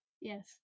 Yes